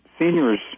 seniors